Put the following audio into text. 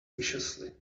viciously